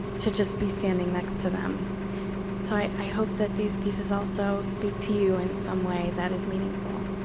to just be standing next to them. so i hope that these pieces also speak to you in some way that is meaningful.